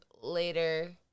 later